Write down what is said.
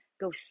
go